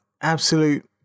absolute